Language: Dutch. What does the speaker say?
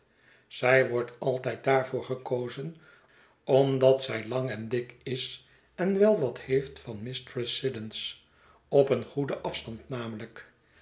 zij wordt altijd daarvoor gekozen omdat zij lang en dik is f en wel wat heeft van mistress siddons op een goeden afstand namelijk